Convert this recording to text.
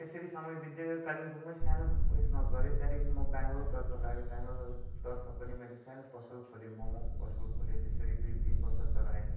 त्तेयसरी सरी समय बित्दै गयो कालिम्पोङ्गमा सानो उएसमा गरेँ त्यहाँदेखि म बेङ्गलोरतर्फ लागेँ बेङ्गलोरतर्फ पनि मैले सानो पसल खोलेँ मोमोको पसल खोलेँ त्यसरी दुई तिन बर्ष चलाएँ